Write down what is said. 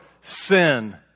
sin